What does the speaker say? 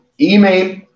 email